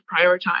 prioritize